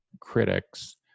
critics